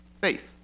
faith